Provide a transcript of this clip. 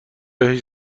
بهش